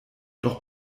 doch